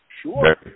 Sure